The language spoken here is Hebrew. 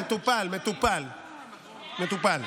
מטופל, מטופל.